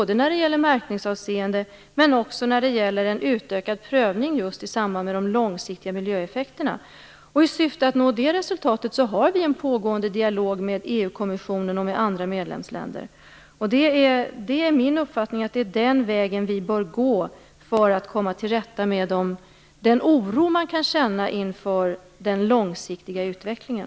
Detta tycker jag för min del är mer framåt än att använda detta akuta förbud, som är avsett för andra sammanhang. I syfte att nå det resultatet förs en pågående dialog med EU-kommissionen och med andra medlemsländer. Min uppfattning är att det är den vägen man bör gå för att komma till rätta med den oro man kan känna inför den långsiktiga utvecklingen.